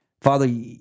Father